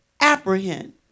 apprehend